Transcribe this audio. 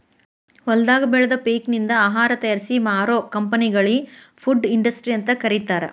ಹೊಲದಾಗ ಬೆಳದ ಪೇಕನಿಂದ ಆಹಾರ ತಯಾರಿಸಿ ಮಾರೋ ಕಂಪೆನಿಗಳಿ ಫುಡ್ ಇಂಡಸ್ಟ್ರಿ ಅಂತ ಕರೇತಾರ